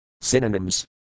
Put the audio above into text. Synonyms